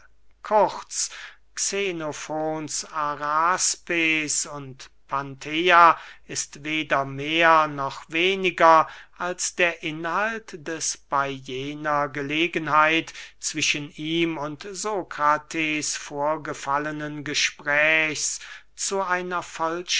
kurz xenofons araspes und panthea ist weder mehr noch weniger als der inhalt des bey jener gelegenheit zwischen ihm und sokrates vorgefallnen gesprächs zu einer